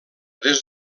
des